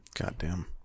Goddamn